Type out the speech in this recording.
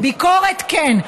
ביקורת, כן.